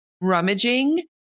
rummaging